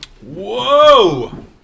Whoa